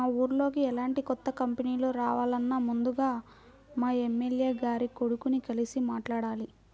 మా ఊర్లోకి ఎలాంటి కొత్త కంపెనీలు రావాలన్నా ముందుగా మా ఎమ్మెల్యే గారి కొడుకుని కలిసి మాట్లాడాలి